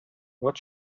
what